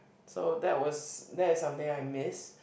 so that was that is something I miss